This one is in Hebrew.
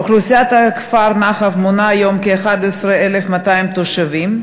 אוכלוסיית כפר נחף מונה היום כ-11,200 תושבים,